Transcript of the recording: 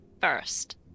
first